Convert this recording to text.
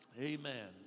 amen